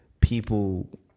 people